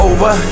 Over